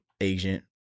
agent